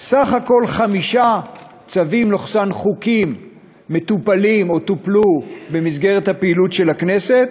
סך הכול חמישה צווים או חוקים מטופלים או טופלו במסגרת הפעילות של הכנסת